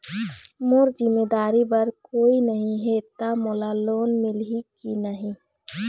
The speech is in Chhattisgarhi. मोर जिम्मेदारी बर कोई नहीं हे त मोला लोन मिलही की नहीं?